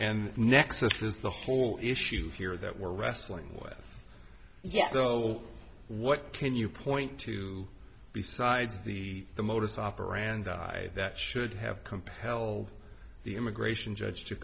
and next this is the whole issue here that we're wrestling with yet so what can you point to besides the the modus operandi that should have compel the immigration judge to